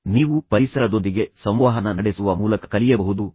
ಆದ್ದರಿಂದ ಕಲಿಕೆ ಮೊದಲು ನೀವು ಅರ್ಥಮಾಡಿಕೊಳ್ಳಬೇಕು ಅದು ಕೇವಲ ಪುಸ್ತಕಗಳಿಂದಲ್ಲ